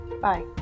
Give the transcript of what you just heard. Bye